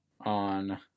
on